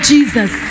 Jesus